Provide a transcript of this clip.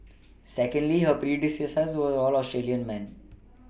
secondly her predecessors were all Australian man